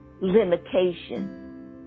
limitation